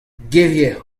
gevier